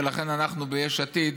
ולכן אנחנו ביש עתיד,